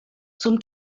zum